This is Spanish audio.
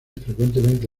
frecuentemente